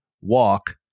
walk